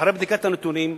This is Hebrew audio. אחרי בדיקת הנתונים,